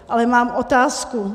Ale mám otázku.